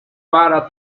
para